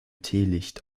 teelicht